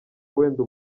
wenda